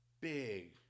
big